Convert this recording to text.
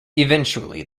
eventually